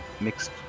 mixed